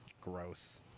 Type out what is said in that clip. Gross